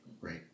Right